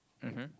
mmhmm